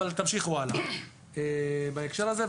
אבל תמשיכו הלאה בהקשר הזה,